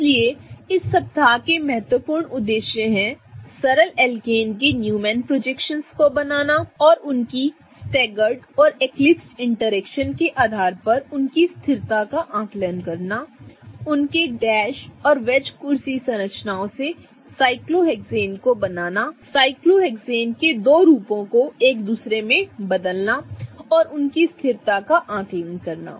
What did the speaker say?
इसलिए इस सप्ताह के महत्वपूर्ण उद्देश्य हैं सरल एल्केन के न्यूमैन प्रोजेक्शनस को बनाना और उनकी स्टैगर्ड और एक्लिपसड इंटरेक्शन के आधार पर उनकी स्थिरता का आंकलन करना उनके डैश और वेज कुर्सी संरचनाओं से साइक्लोहेक्सेन को बनाना साइक्लोहेक्सेन के दो रूपों को एक दूसरे में बदलना और उनकी स्थिरता का आंकलन करना